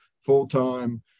full-time